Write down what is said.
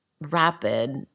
rapid